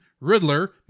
Riddler